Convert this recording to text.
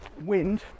wind